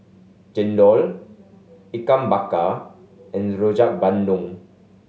Chendol Ikan Bakar and Rojak Bandung